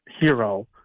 hero